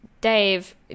Dave